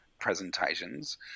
presentations